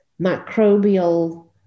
microbial